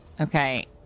Okay